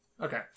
Okay